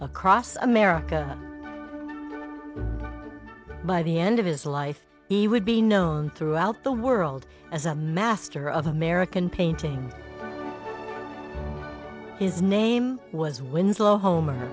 across america by the end of his life he would be known throughout the world as a master of american painting his name was winslow home